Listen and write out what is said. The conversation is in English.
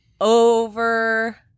over